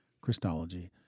Christology